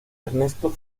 ernesto